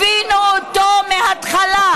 הבינו אותו מההתחלה.